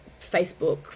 facebook